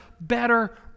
better